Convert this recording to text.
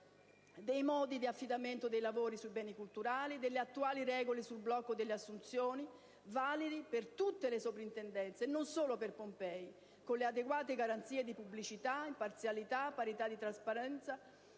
dei modi di affidamento dei lavori sui beni culturali, delle attuali regole sul blocco delle assunzioni, validi per tutte le sovrintendenze, non solo per Pompei, con le adeguate garanzie di pubblicità, imparzialità, parità di trasparenza